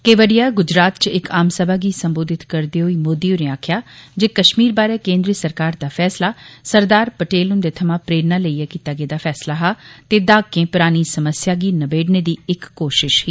केवडिया गुजरात च इक आम सभा गी संबोघत करदे होई मोदी होरें आक्खेआ जे कश्मीर बारे केन्द्रीय सरकार दा फैसला सरदार पटेल हुंदे थमां प्रेरणा लेइयै कीता गेदा फैसला हा ते दहाकें परानी समस्या गी नबेड़ने दी इक कोशश ऐ